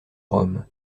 rhum